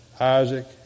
Isaac